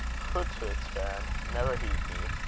hootoots, bairn! never heed me.